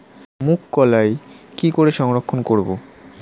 মুঘ কলাই কি করে সংরক্ষণ করব?